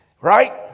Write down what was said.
Right